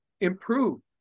improve